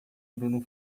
andando